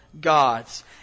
gods